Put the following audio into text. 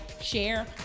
share